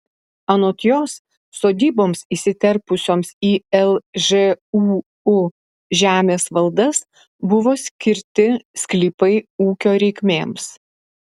anot jos sodyboms įsiterpusioms į lžūu žemės valdas buvo skirti sklypai ūkio reikmėms